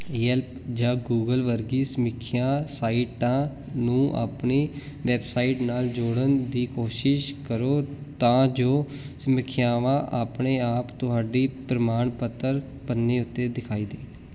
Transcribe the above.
Yelp ਜਾਂ Google ਵਰਗੀ ਸਮੀਖਿਆ ਸਾਈਟਾਂ ਨੂੰ ਆਪਣੀ ਵੈੱਬਸਾਈਟ ਨਾਲ ਜੋੜਨ ਦੀ ਕੋਸ਼ਿਸ਼ ਕਰੋ ਤਾਂ ਜੋ ਸਮੀਖਿਆਵਾਂ ਆਪਣੇ ਆਪ ਤੁਹਾਡੇ ਪ੍ਰਮਾਣ ਪੱਤਰ ਪੰਨੇ ਉੱਤੇ ਦਿਖਾਈ ਦੇਣ